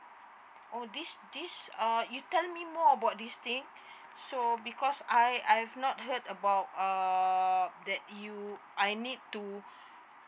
orh this this uh you tell me more about this thing so because I I've not heard about err that you I need to